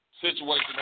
Situation